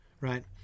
right